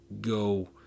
go